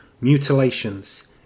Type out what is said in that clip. mutilations